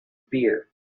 beer